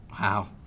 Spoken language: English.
Wow